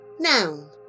Noun